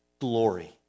glory